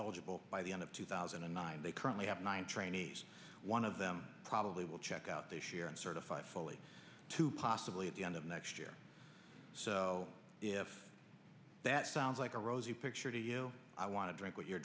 eligible by the end of two thousand and nine they currently have nine trainees one of them probably will check out this year and certify fully to possibly at the end of next year so if that sounds like a rosy picture to you i want to drink with you